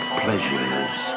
pleasures